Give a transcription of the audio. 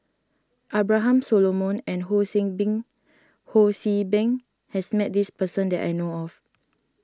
Abraham Solomon and Ho See Beng Ho See Beng has met this person that I know of